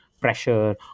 pressure